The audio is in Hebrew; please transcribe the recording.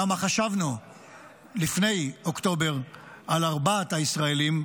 כמה חשבנו לפני אוקטובר על ארבעת הישראלים,